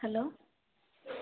hello